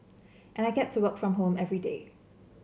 and I get to work from home everyday